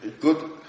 good